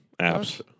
apps